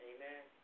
Amen